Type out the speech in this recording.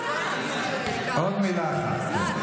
עוד מילה אחת.